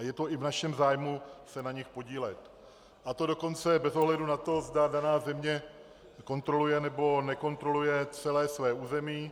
A je to i v našem zájmu se na nich podílet, a to dokonce bez ohledu na to, zda daná země kontroluje, nebo nekontroluje celé své území.